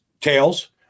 Tails